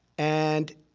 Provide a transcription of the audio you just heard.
and,